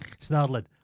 Snarling